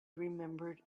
remembered